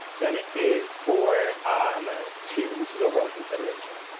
then it is for two which is overall consideration.